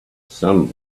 some